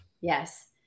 Yes